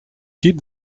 did